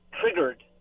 triggered